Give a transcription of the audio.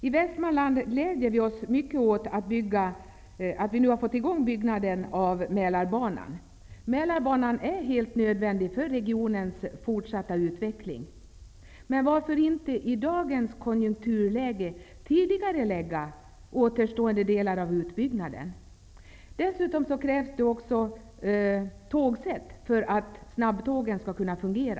I Västmanland glädjer vi oss mycket åt att byggandet av Mälarbanan nu är igång. Mälarbanan är helt nödvändig för regionens fortsatta utveckling. Men varför inte i dagens konjunkturläge tidigarelägga återstående delar av utbyggnaden? Dessutom krävs tågset för att snabbtågen skall kunna fungera.